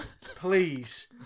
please